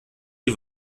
sie